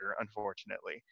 unfortunately